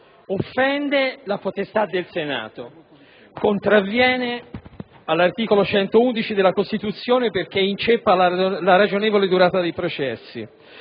offende la potestà del Senato; contravviene all'articolo 111 della Costituzione, perché inceppa la ragionevole durata dei processi;